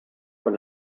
con